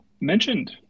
mentioned